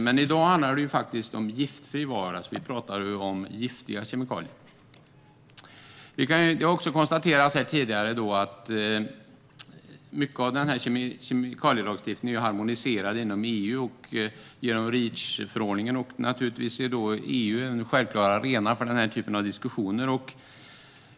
Men i dag handlar det om en giftfri vardag, så det är giftiga kemikalier vi talar om nu. Som konstaterats tidigare här är en stor del av kemikalielagstiftningen harmoniserad inom EU, genom Reachförordningen, vilket gör att EU är en självklar arena för denna typ av diskussioner.